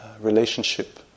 relationship